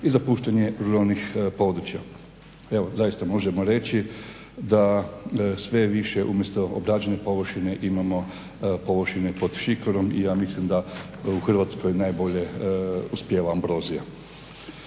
i zapuštanje ruralnih područja. Evo zaista možemo reći da sve više umjesto obrađene površine imamo površine pod šikarom i ja mislim da u Hrvatskoj najbolje uspijeva ambrozija.